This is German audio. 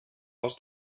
aus